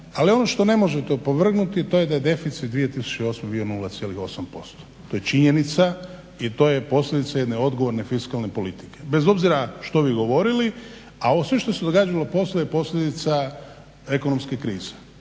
Ali ono što ne možete opovrgnuti to je da je deficit 2008.bio 0,8% to je činjenica i to je posljedica jedne odgovorne fiskalne politike bez obzira što vi govorili. A ovo sve što se događalo poslije je posljedica ekonomske krize.